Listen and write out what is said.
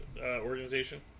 organization